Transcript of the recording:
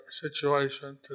situation